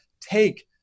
take